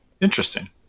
Interesting